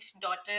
daughter